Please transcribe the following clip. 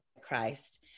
Christ